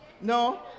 No